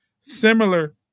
Similar